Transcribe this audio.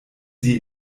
sie